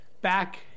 back